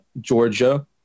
Georgia